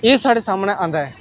एह् साढ़े सामनै आंदा ऐ